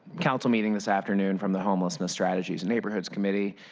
council meeting this afternoon from the homelessness strategies neighborhoods committee.